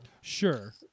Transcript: Sure